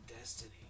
destiny